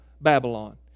Babylon